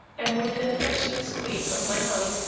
and with an affectionate squeeze of my hand,